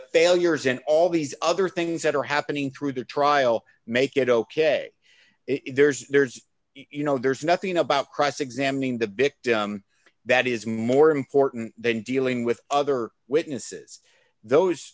failures and all d these other things that are happening through the trial make it ok if there's there's you know there's nothing about cross examining the victim that is more important than dealing with other witnesses those